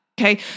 Okay